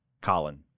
Colin